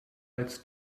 als